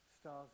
stars